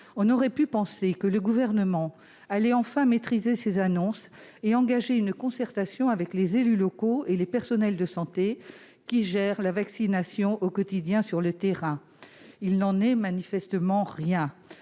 On aurait pu penser que le Gouvernement allait enfin maîtriser ses annonces et engager une concertation avec les élus locaux et les personnels de santé qui mettent en oeuvre au quotidien la vaccination sur le terrain. Il n'en est manifestement rien.